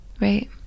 Right